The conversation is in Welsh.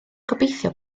gobeithio